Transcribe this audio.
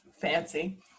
fancy